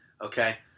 Okay